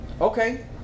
Okay